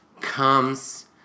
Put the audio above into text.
comes